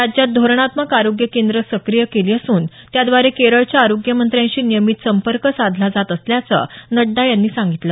राज्यात धोरणात्मक आरोग्य केंद्रं सक्रीय केली असून त्याद्वारे केरळच्या आरोग्य मंत्र्यांशी नियमित संपर्क साधला जात असल्याचं नड्डा यांनी सांगितलं